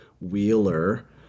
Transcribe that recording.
Wheeler